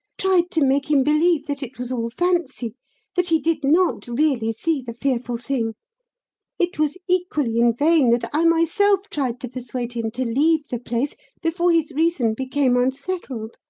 tried to make him believe that it was all fancy that he did not really see the fearful thing it was equally in vain that i myself tried to persuade him to leave the place before his reason became unsettled.